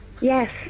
Yes